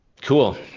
Cool